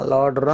Lord